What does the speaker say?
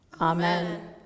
Amen